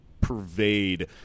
pervade